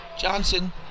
Johnson